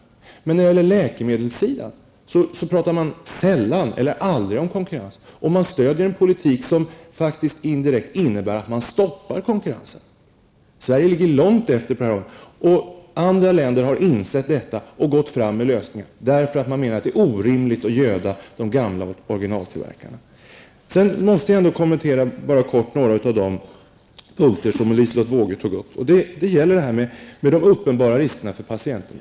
Men när det gäller läkemedelssidan talar man sällan eller nästan aldrig om konkurrens, och man stödjer en politik som faktiskt indirekt innebär att konkurrensen stoppas. Sverige ligger långt efter på detta område. Andra länder har insett detta och hittat lösningar, därför att man menar att det är orimligt att göda de gamla originaltillverkarna. Sedan måste jag kort kommentera några av de punkter som Liselotte Wågö tog upp. Det gäller de uppenbara riskerna för patienten.